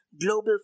global